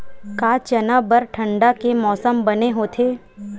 का चना बर ठंडा के मौसम बने होथे?